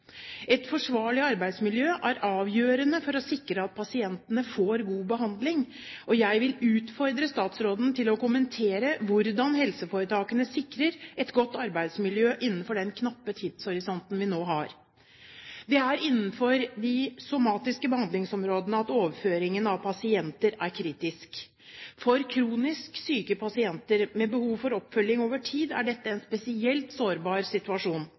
Et forsvarlig arbeidsmiljø er avgjørende for å sikre at pasientene får god behandling. Jeg vil utfordre statsråden til å kommentere hvordan helseforetakene sikrer et godt arbeidsmiljø innenfor den knappe tidshorisonten vi nå har. Det er innenfor de somatiske behandlingsområdene at overføringen av pasienter er kritisk. For kronisk syke pasienter med behov for oppfølging over tid er dette en spesielt sårbar situasjon.